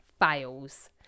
fails